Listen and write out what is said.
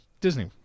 Disney